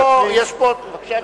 בבקשה, ודאי.